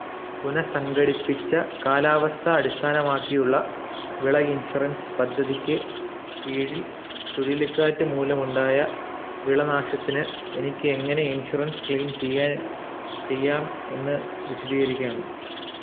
പുനഃസംഘടിപ്പിച്ച കാലാവസ്ഥ അടിസ്ഥാനമാക്കിയുള്ള വിള ഇൻഷുറൻസ് പദ്ധതിക്കു കീഴിൽ ചുഴലിക്കാറ്റ് മൂലമുണ്ടായ വിളനാശത്തിന് എനിക്ക് എങ്ങനെ ഇൻഷുറൻസ് ക്ലെയിം ചെയ്യാന് ചെയ്യാം എന്നു വിശദീകരിക്കാമോ